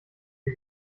sie